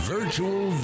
Virtual